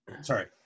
Sorry